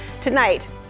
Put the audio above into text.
Tonight